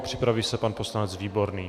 Připraví se pan poslanec Výborný.